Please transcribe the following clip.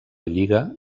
lliga